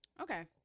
Okay